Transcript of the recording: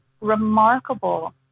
remarkable